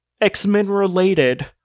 X-Men-related